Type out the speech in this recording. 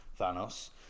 Thanos